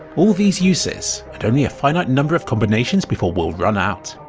all these uses, and only a finite number of combinations before we'll run out!